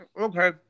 okay